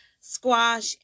squash